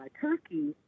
Turkey